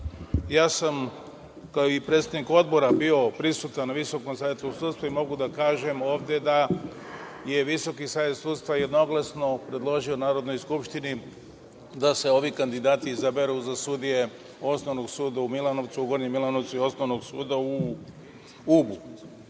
Ja sam i kao predsednik odbora bio prisutan na Visokom savetu sudstva i mogu da kažem ovde da je VSS jednoglasno predložio Narodnoj skupštini da se ovi kandidati izaberu za sudije Osnovnog suda u Gornjem Milanovcu i Osnovnog suda u Ubu.